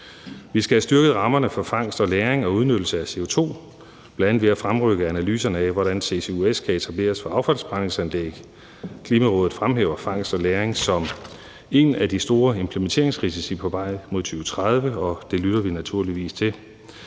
Vi skal have styrket rammerne for fangst og lagring og udnyttelse af CO2, bl.a. ved at fremrykke analyserne af, hvordan ccus kan etableres for affaldsforbrændingsanlæg. Klimarådet fremhæver fangst og lagring som en af de store implementeringsrisici på vej mod 2030, og det lytter vi naturligvis til.